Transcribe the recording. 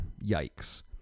yikes